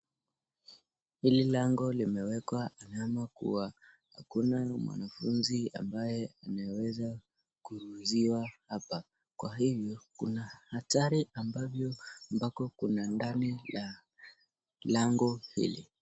Hili lango limewekwa alama kuwa hakuna mwanafunzi ambaye anaweza kuruhusiwa hapa, kwa hivyo kuna hatari ambavyo iko ndani ya lango hili.